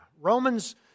Romans